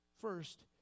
First